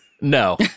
No